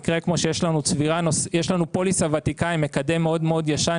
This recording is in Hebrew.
מקרה כמו שיש לנו פוליסה ותיקה עם מקדם מאוד מאוד ישן,